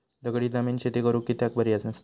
दगडी जमीन शेती करुक कित्याक बरी नसता?